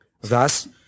thus